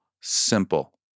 simple